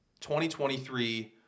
2023